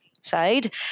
side